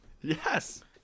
Yes